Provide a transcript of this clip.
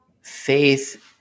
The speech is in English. faith